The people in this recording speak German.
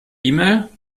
mail